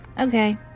okay